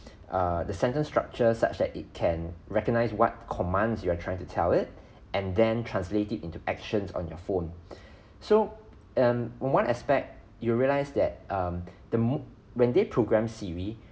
err the sentence structure such that it can recognize what commands you are trying to tell it and then translate it into actions on your phone so um one aspect you realize that um the mo~ when they programmed siri